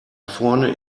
vorne